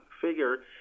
figure